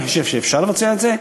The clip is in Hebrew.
אני חושב שאפשר לבצע את זה.